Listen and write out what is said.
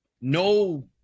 no